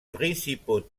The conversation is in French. principaux